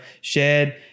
shared